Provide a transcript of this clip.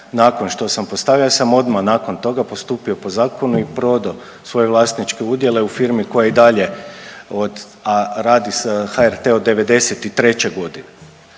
nakon što sam postavljen jer sam odmah nakon toga postupio po zakonu i prodao svoje vlasničke udjele u firmi koja i dalje od, a radi sa HRT-om od '93. g.